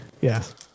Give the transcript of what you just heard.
Yes